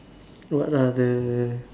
what are the